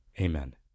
Amen